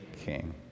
King